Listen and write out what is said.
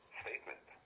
statement